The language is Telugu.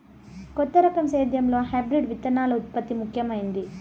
కొత్త రకం సేద్యంలో హైబ్రిడ్ విత్తనాల ఉత్పత్తి ముఖమైంది